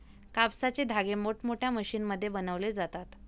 कापसाचे धागे मोठमोठ्या मशीनमध्ये बनवले जातात